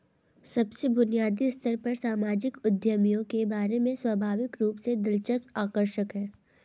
सबसे बुनियादी स्तर पर सामाजिक उद्यमियों के बारे में स्वाभाविक रूप से दिलचस्प आकर्षक है